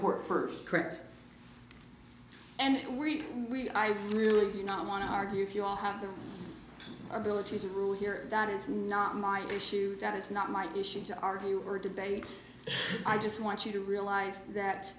court first correct and worried we i really do not want to argue if you all have the ability to rule here that is not my issue that is not my issue to argue or debate i just want you to realize that